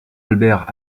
albert